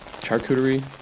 Charcuterie